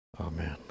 Amen